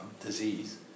disease